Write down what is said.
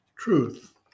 Truth